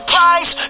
Price